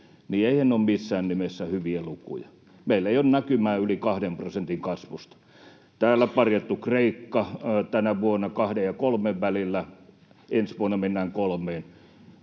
niin eiväthän ne ole missään nimessä hyviä lukuja. Meillä ei ole näkymää yli kahden prosentin kasvusta. Täällä parjattu Kreikka: tänä vuonna kahden ja kolmen välillä, ensi vuonna mennään kolmeen.